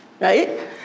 Right